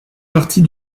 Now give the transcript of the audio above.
partie